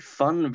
fun